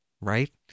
right